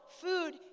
food